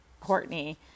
Courtney